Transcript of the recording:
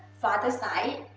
father's side,